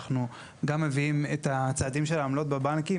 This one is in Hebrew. אנחנו גם מביאים את הצעדים של העמלות בבנקים.